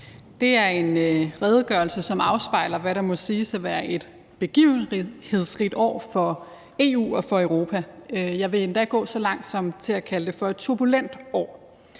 Det er en redegørelse, som afspejler, hvad der må siges at være et begivenhedsrigt år for EU og for Europa. Jeg vil endda gå så langt som til at kalde det for et turbulent år.